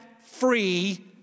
free